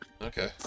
Okay